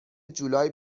جولای